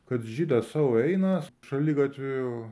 kad žydas sau eina šaligatviu